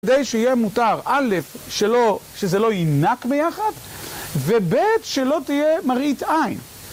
כדי שיהיה מותר א', שזה לא יינק ביחד, וב', שלא תהיה מראית עין.